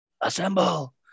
assemble